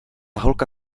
holka